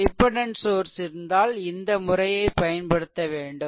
dependent source இருந்தால் இந்த முறையை பயன்படுத்த வேண்டும்